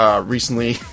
Recently